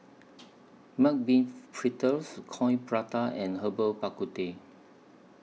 Mung Bean Fritters Coin Prata and Herbal Bak Ku Teh